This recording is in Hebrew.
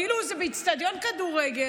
כאילו הוא באיזה אצטדיון כדורגל.